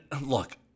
look